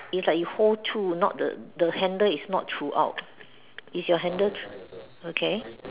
it's like you whole through not the the handle is not throughout is your handle okay